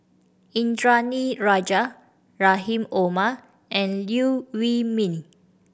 Indranee Rajah Rahim Omar and Liew Wee Mee